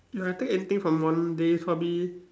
ya I take anything from one day probably